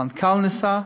המנכ"ל ניסה.